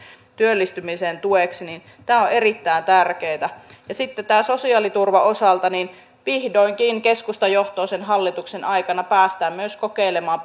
työllistymisen tueksi ovat erittäin tärkeitä sitten tämän sosiaaliturvan osalta vihdoinkin keskustajohtoisen hallituksen aikana päästään myös kokeilemaan